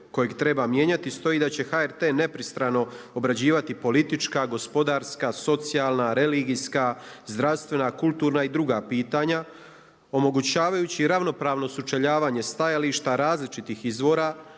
kojeg treba mijenjati stoji da će HRT nepristrano obrađivati politička, gospodarska, socijalna, religijska, zdravstvena, kulturna i druga pitanja omogućavajući ravnopravno sučeljavanje stajališta različitih izvora